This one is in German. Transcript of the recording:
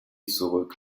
zurück